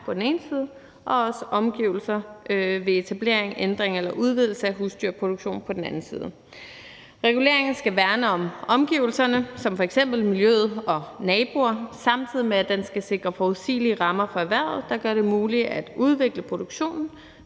på den anden side ved etablering, ændringer eller udvidelse af husdyrproduktion. Reguleringen skal værne om omgivelserne som f.eks. miljøet og naboerne, samtidig med at den skal sikre forudsigelige rammer for erhvervet, der gør det muligt at udvikle produktionen,